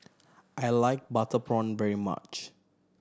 I like butter prawn very much